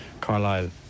Carlisle